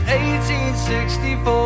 1864